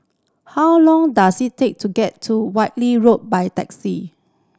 how long does it take to get to Whitley Road by taxi